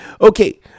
Okay